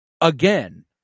again